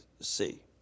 see